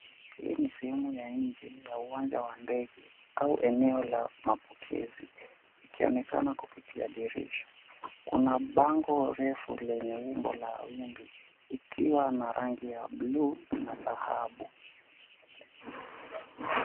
Hii ni sehemu ya nje ya uwanja wa ndege au eneo la mapokezi ikionekana kupitia dirisha. Kuna bango refu lenye umbo la wimbi ikiwa na rangi ya buluu na dhahabu.